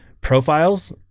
profiles